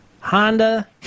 Honda